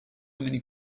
many